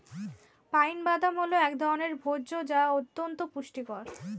pine বাদাম হল এক ধরনের ভোজ্য যা অত্যন্ত পুষ্টিকর